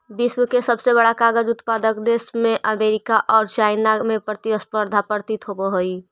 विश्व के सबसे बड़ा कागज उत्पादक में अमेरिका औउर चाइना में प्रतिस्पर्धा प्रतीत होवऽ हई